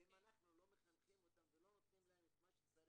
אם אנחנו לא מחנכים אותם ולא נותנים להם מה שצריך,